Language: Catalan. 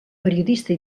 periodista